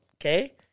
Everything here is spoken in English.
okay